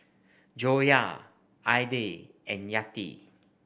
Joyah Aidil and Yati